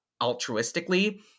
altruistically